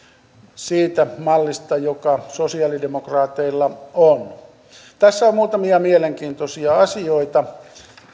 siitä mallista joka sosialidemokraateilla on tässä on muutamia mielenkiintoisia asioita